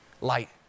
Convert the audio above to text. light